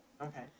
okay